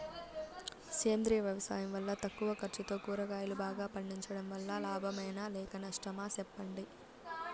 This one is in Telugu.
సేంద్రియ వ్యవసాయం వల్ల తక్కువ ఖర్చుతో కూరగాయలు బాగా పండించడం వల్ల లాభమేనా లేక నష్టమా సెప్పండి